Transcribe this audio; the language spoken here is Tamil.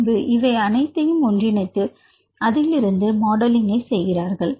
பின்பு இவை அனைத்தையும் ஒன்றிணைத்து அதிலிருந்து மாடலிங் செய்கிறார்கள்